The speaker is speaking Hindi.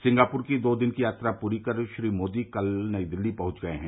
सिंगापुर की दो दिन की यात्रा पूरी कर श्री मोदी कल नई दिल्ली पहुंच गए हैं